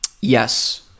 Yes